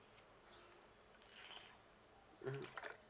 mmhmm